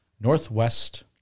northwest